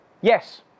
Yes